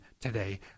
today